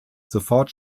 sofort